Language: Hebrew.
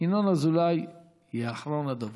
ינון אזולאי יהיה אחרון הדוברים.